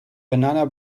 banana